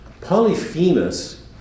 Polyphemus